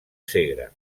segre